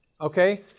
Okay